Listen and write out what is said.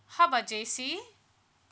how about J_C